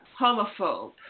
homophobe